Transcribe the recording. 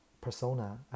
persona